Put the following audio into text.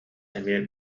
эмиэ